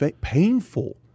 painful